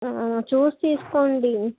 చూసి తీసుకోండి